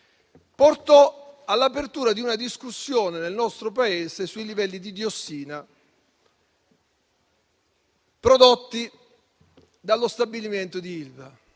portò all'apertura di una discussione nel nostro Paese sui livelli di diossina prodotti dallo stabilimento di Ilva.